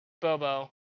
Bobo